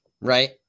right